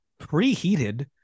preheated